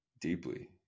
deeply